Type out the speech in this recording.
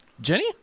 Jenny